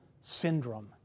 Syndrome